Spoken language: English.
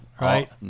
Right